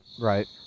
Right